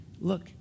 Look